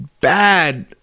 bad